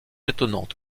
étonnante